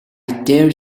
dare